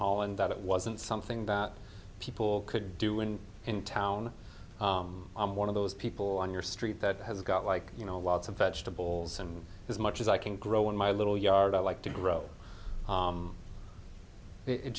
holland that it wasn't something that people could do in in town i'm one of those people on your street that has got like you know lots of vegetables and as much as i can grow in my little yard i like to grow